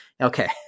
okay